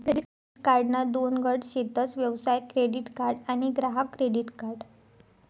credit कार्डना दोन गट शेतस व्यवसाय क्रेडीट कार्ड आणि ग्राहक क्रेडीट कार्ड